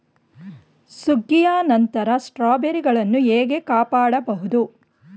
ಸುಗ್ಗಿಯ ನಂತರ ಸ್ಟ್ರಾಬೆರಿಗಳನ್ನು ಹೇಗೆ ಕಾಪಾಡ ಬಹುದು?